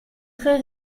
très